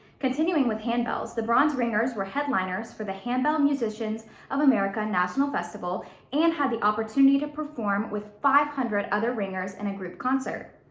continuing with handbells, the bronze ringers were headliners for the handbell musicians of america national festival and had the opportunity to perform with five hundred other ringers in a group concert.